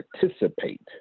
participate